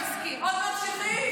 עוד ממשיכים?